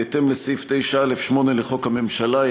בהתאם לסעיף 9(א)(8) לחוק הממשלה,